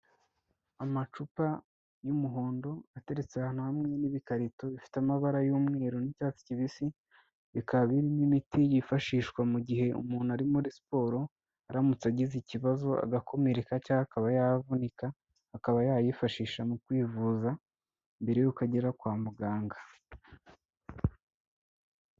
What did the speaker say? Amacupa y'umuhondo ateretse ahantu hamwe n'ibikarito, bifite amabara y'umweru n'icyatsi kibisi, bikaba birimo imiti yifashishwa mu gihe umuntu ari muri siporo, aramutse agize ikibazo agakomereka cyangwa akaba yavunika akaba yayifashisha mu kwivuza mbere y'uko agera kwa muganga.